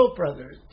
brothers